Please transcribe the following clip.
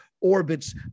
orbits